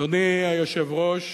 אדוני היושב-ראש,